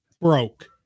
broke